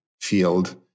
field